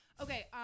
Okay